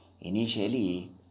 Initially